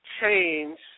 Change